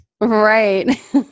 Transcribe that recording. Right